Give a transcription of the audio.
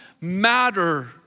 matter